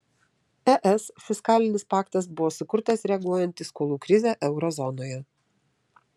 es fiskalinis paktas buvo sukurtas reaguojant į skolų krizę euro zonoje